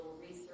research